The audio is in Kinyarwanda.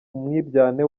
umwiryane